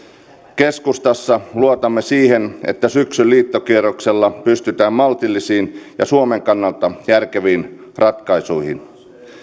keskustassa luotamme siihen että syksyn liittokierroksella pystytään maltillisiin ja suomen kannalta järkeviin ratkaisuihin